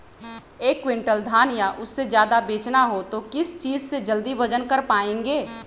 एक क्विंटल धान या उससे ज्यादा बेचना हो तो किस चीज से जल्दी वजन कर पायेंगे?